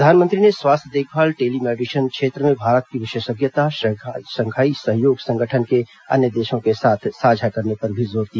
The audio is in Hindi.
प्रधानमंत्री ने स्वास्थ्य देखभाल टेली मेडिशन क्षेत्र में भारत की विशेषज्ञता शंघाई सहयोग संगठन के अन्य देशों के साथ साझा करने पर जोर दिया